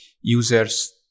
users